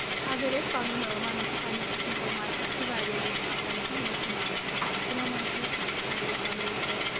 اگر أسۍ پَنُن وَنو کہِ پنٕنِس اَسہِ مُسلمانن اَسہِ چھِ واریاہ ییٚتہِ آسان کہِ یِم اَسہِ عمام چھِ آسان تِمو منٛز چھِ اَسہِ اَکھ کہِ اگر أسۍ وَنو ییٚتہِ چھِ اَسہِ